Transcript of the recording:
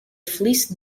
fleece